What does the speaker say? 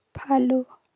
follow